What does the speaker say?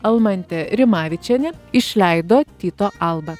almantė rimavičienė išleido tyto alba